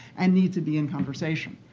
and need to be in conversation,